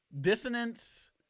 dissonance